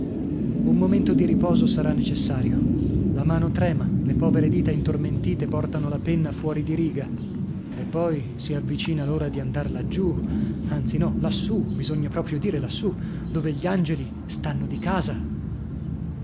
un momento di riposo sarà necessario la mano trema le povere dita intormentite portano la penna fuori di riga e poi si avvicina l'ora di andar laggiù anzi no lassù bisogna proprio dire lassù dove gli angeli stanno di casa